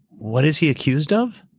what is he accused of?